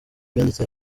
byanditse